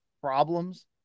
problems